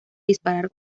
disparar